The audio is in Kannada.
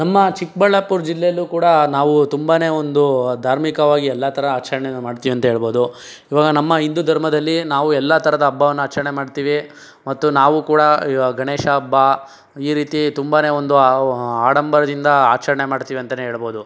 ನಮ್ಮ ಚಿಕ್ಕಬಳ್ಳಾಪುರ ಜಿಲ್ಲೆಯಲ್ಲೂ ಕೂಡ ನಾವು ತುಂಬಾ ಒಂದು ಧಾರ್ಮಿಕವಾಗಿ ಎಲ್ಲ ಥರ ಆಚರಣೆನು ಮಾಡ್ತೀವಿ ಅಂತೇಳ್ಬೋದು ಈವಾಗ ನಮ್ಮ ಹಿಂದೂ ಧರ್ಮದಲ್ಲಿ ನಾವು ಎಲ್ಲ ಥರದ ಹಬ್ಬವನ್ನು ಆಚರಣೆ ಮಾಡ್ತೀವಿ ಮತ್ತು ನಾವು ಕೂಡ ಗಣೇಶ ಹಬ್ಬಈ ರೀತಿ ತುಂಬಾ ಒಂದು ಆಡಂಬರದಿಂದ ಆಚರಣೆ ಮಾಡ್ತೀವಿ ಅಂತನೇ ಹೇಳ್ಬೋದು